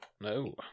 No